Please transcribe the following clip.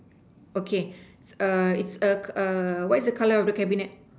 okay err it's err err what is the colour of the cabinet